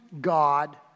God